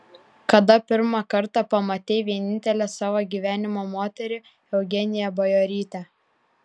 kada pirmą kartą pamatei vienintelę savo gyvenimo moterį eugeniją bajorytę